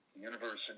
university